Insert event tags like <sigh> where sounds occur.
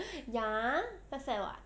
<laughs> ya fat fat [what]